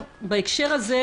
שוב, מהי המטרה שלה?